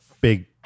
big